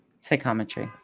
Psychometry